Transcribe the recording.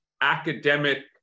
academic